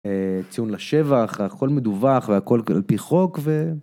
ציון לשבח, הכל מדווח והכל על פי חוק ו..